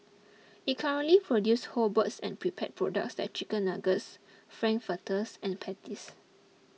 it currently produces whole birds and prepared products like Chicken Nuggets Frankfurters and Patties